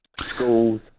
Schools